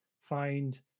find